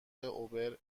اوبر